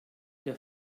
der